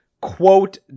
quote